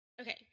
Okay